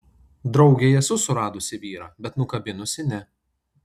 draugei esu suradusi vyrą bet nukabinusi ne